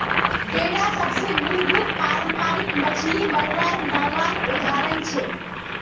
बेडा सबसे मूलभूत पारम्परिक मच्छ्ली मरवार नावर उदाहरण छे